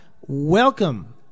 welcome